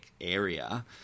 area